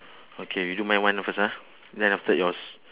okay we do my one the first ah then after that yours